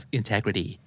integrity